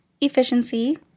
efficiency